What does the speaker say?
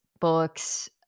books